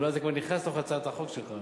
אולי זה כבר נכנס לתוך הצעת החוק שלך,